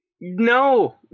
No